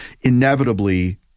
inevitably